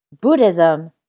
Buddhism